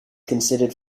considered